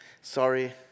Sorry